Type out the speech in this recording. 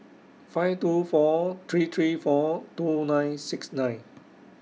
five two four three three four two nine six nine